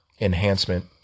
enhancement